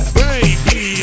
baby